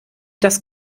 das